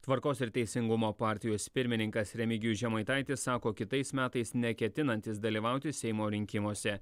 tvarkos ir teisingumo partijos pirmininkas remigijus žemaitaitis sako kitais metais neketinantis dalyvauti seimo rinkimuose